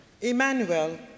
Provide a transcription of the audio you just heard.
Emmanuel